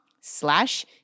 slash